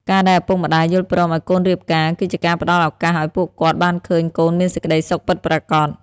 ការដែលឪពុកម្ដាយយល់ព្រមឱ្យកូនរៀបការ គឺជាការផ្ដល់ឱកាសឱ្យពួកគាត់បានឃើញកូនមានសេចក្ដីសុខពិតប្រាកដ។